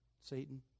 Satan